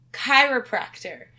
chiropractor